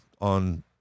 on